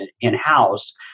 in-house